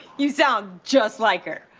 you sound just like her!